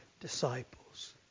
disciples